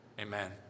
Amen